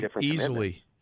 easily